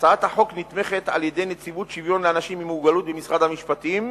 הצעת החוק נתמכת על-ידי נציבות שוויון לאנשים עם מוגבלות במשרד המשפטים.